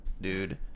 dude